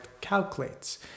calculates